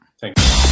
Thanks